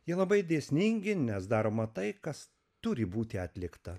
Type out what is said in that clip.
jie labai dėsningi nes daroma tai kas turi būti atlikta